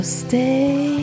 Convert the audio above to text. stay